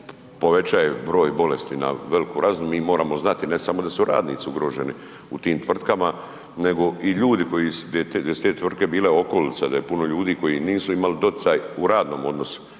broj bolesti na veliku razini, mi moramo znati ne samo da su radnici ugroženi u tim tvrtkama nego i ljudi koji gdje su te tvrtke bile okolica, da je puno ljudi koji imali doticaj u radnom odnosu